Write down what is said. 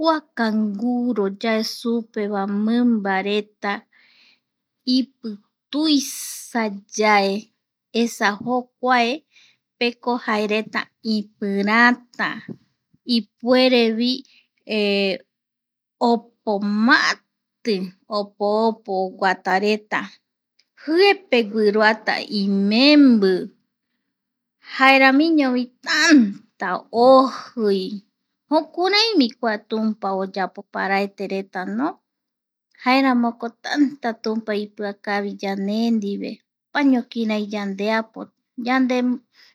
Kua kanguro yae supe va mimbareta ipi tuisayae, esa jokuapeko jaereta ipirata ipuerevi opo maati, opo opo oguatareta jiepe guiroata imembi jaeramiñovi taanta ojii, jokuraivi kua tumpa oyapo paraete vi no, jaeramoko tanta tumpa ipiakavi yande ndive opaño kirai yandeapo, yande